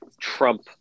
trump